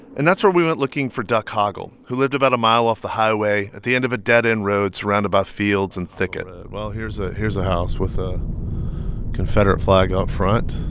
and that's where we went looking for duck hoggle, who lived about a mile off the highway at the end of a dead-end road surrounded by fields and thicket well, here's a here's a house with a confederate flag out front,